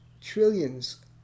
trillions